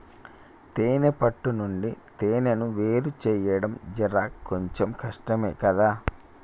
తేనే పట్టు నుండి తేనెను వేరుచేయడం జర కొంచెం కష్టమే గదా